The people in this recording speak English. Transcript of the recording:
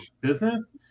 business